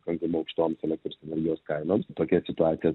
pakankamai aukštoms elektros energijos kainom tokia situacija